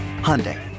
Hyundai